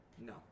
no